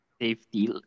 safety